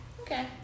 Okay